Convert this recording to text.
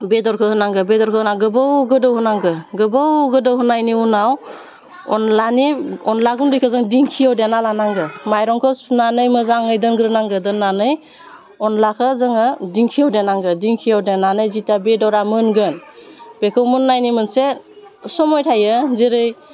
बेदरखौ होनांगौ बेदरखौ होना गोबाव गोदौ होनांगौ गोबाव गोदौहोनायनि उनाव अनलानि अनला गुन्दैखौ जों दिंखियाव देना लानांगो माइरंखौ सुनानै मोजाङै दोनग्रोनांगो दोन्नानै अनलाखो जोङो दिंखियाव देनांगो दिंखियाव देनानै जिता बेदरा मोनगोन बेखौ मोन्नायनि मोनसे समय थायो जेरै